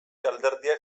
alderdiak